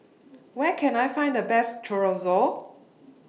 Where Can I Find The Best Chorizo